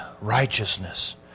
righteousness